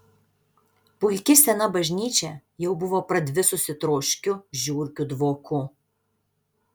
puiki sena bažnyčia jau buvo pradvisusi troškiu žiurkių dvoku